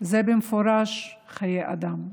זה במפורש חיי אדם,